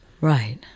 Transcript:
right